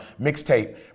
mixtape